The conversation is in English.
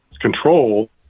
control